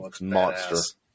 monster